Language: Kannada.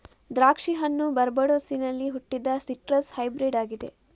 ದ್ರಾಕ್ಷಿ ಹಣ್ಣು ಬಾರ್ಬಡೋಸಿನಲ್ಲಿ ಹುಟ್ಟಿದ ಸಿಟ್ರಸ್ ಹೈಬ್ರಿಡ್ ಆಗಿದೆ